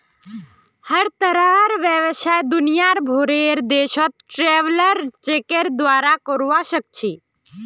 हर तरहर व्यवसाय दुनियार भरेर देशत ट्रैवलर चेकेर द्वारे करवा सख छि